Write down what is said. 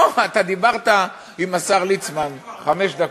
אתה דיברת עם השר ליצמן חמש דקות.